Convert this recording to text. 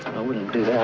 i wouldn't do